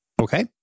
Okay